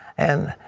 and,